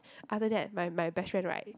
other that my my best friend right